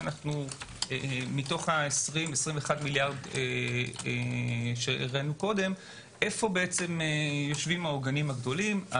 מתוך ה-21 מיליארד שהראינו יושבים העוגנים הגדולים: